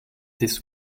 this